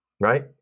Right